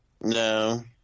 No